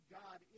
god